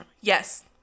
yes